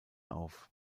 auf